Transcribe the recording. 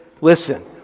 Listen